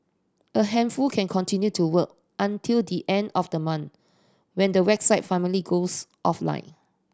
a handful can continue to work until the end of the month when the website finally goes offline